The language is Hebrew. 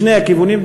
בשני הכיוונים.